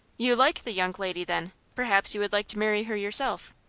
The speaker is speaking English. you like the young lady, then? perhaps you would like to marry her yourself?